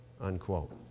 unquote